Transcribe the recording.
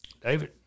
David